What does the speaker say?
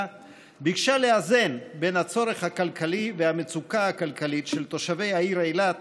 ביקשה לאזן בין הצורך הכלכלי והמצוקה הכלכלית של תושבי העיר אילת